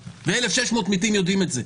ו-1,600 מתים יודעים את זה,